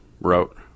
wrote